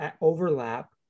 overlap